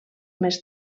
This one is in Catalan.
més